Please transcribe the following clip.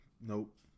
nope